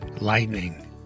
lightning